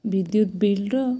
ବିଦ୍ୟୁତ୍ ବିଲ୍ର